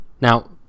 Now